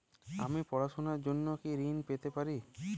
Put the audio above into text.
আমি পড়াশুনার জন্য কি ঋন পেতে পারি?